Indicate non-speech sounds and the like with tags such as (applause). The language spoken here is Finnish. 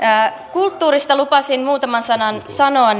kulttuurista lupasin muutaman sanan sanoa (unintelligible)